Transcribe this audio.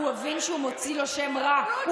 כי הוא מבין שהוא מוציא לו שם רע.